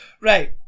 Right